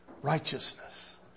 Righteousness